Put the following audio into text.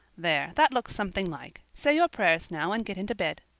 there, that looks something like. say your prayers now and get into bed.